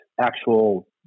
actual